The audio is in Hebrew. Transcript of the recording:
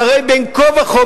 שהרי בין כה וכה,